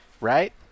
right